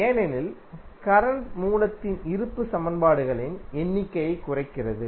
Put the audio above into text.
ஏனெனில் கரண்ட் மூலத்தின் இருப்பு சமன்பாடுகளின் எண்ணிக்கையை குறைக்கிறது